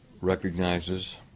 recognizes